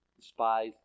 despise